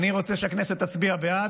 אני אגיד לך, אני רוצה שהכנסת תצביע בעד,